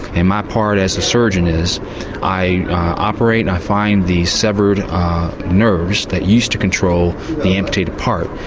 and my part as a surgeon is i operate, i find these severed nerves that used to control the amputated part.